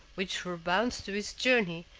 which were bounds to his journey,